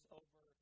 over